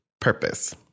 purpose